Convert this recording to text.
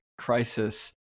crisis